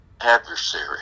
adversary